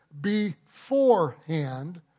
beforehand